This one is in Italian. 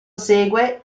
segue